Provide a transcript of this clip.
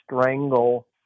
strangle